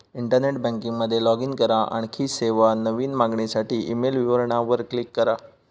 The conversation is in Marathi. इंटरनेट बँकिंग मध्ये लाॅग इन करा, आणखी सेवा, नवीन मागणीसाठी ईमेल विवरणा वर क्लिक करा